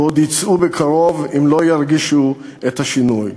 ועוד יצאו בקרוב אם לא ירגישו את השינוי.